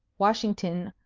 washington,